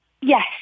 yes